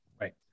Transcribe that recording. Right